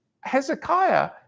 Hezekiah